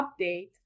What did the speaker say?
update